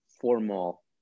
formal